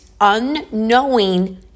unknowing